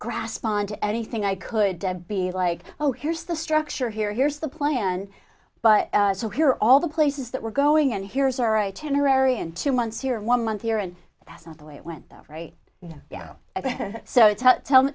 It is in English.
grasp on to anything i could be like oh here's the structure here here's the plan but so here all the places that we're going and here's our itinerary and two months here one month a year and that's not the way it went right yeah i think so tell me